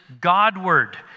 Godward